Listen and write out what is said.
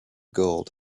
gold